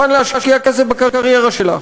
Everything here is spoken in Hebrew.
ובמוזיקה שלך ומוכן להשקיע כסף בקריירה שלך.